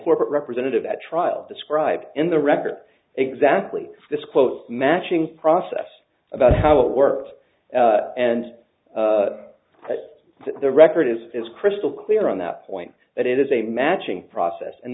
corporate representative at trial described in the record exactly this quote matching process about how it works and what the record is is crystal clear on that point that it is a matching process and